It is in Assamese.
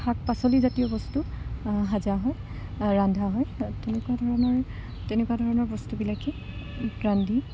শাক পাচলি জাতীয় বস্তু সিজোৱা হয় ৰন্ধা হয় তেনেকুৱা ধৰণৰ তেনেকুৱা ধৰণৰ বস্তুবিলাকেই ৰান্ধি